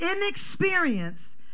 inexperience